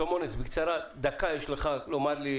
שלמה נס בקצרה, התייחסות.